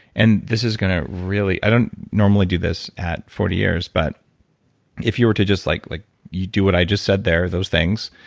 and this is gonna really. i don't normally do this at forty years, but if you were to just like like you do what i just said there those things,